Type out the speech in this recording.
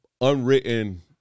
unwritten